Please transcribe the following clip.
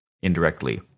indirectly